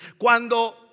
Cuando